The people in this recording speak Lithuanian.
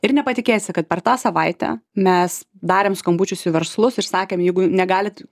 ir nepatikėsi kad per tą savaitę mes darėm skambučius į verslus ir sakėm jeigu negalit